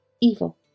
evil